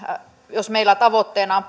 jos meillä tavoitteena on